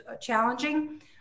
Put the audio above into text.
challenging